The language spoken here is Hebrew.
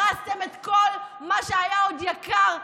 הרסתם את כל מה שהיה עוד יקר,